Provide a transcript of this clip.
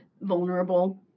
vulnerable